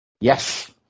Yes